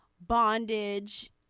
bondage